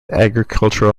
agricultural